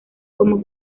como